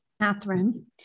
Catherine